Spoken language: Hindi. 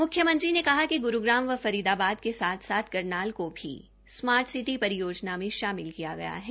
म्ख्यमंत्री ने कहा कि ग्रुग्राम व फरीदाबाद के साथ साथ करनाल को भी स्मार्ट सिटी परियोजना में शामिल किया गया है